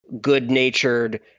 good-natured